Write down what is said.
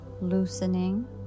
loosening